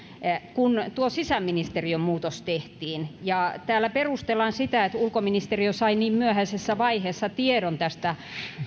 kun tuo sisäministeriön muutos tehtiin täällä perustellaan sitä sillä että ulkoministeriö sai niin myöhäisessä vaiheessa tiedon tästä